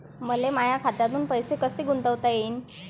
मले माया खात्यातून पैसे कसे गुंतवता येईन?